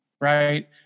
right